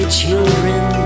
children